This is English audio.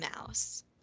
Mouse